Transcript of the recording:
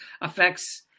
affects